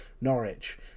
norwich